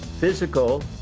physical